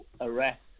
arrest